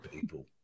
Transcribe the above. people